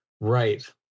right